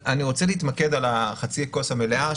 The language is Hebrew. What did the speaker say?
אני רוצה להתמקד בחצי הכוס המלאה,